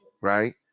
right